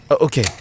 Okay